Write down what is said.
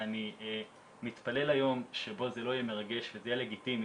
ואני מתפלל ליום שבו זה לא יהיה מרגש וזה יהיה לגיטימי,